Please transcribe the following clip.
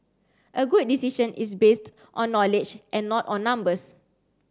a good decision is based on knowledge and not on numbers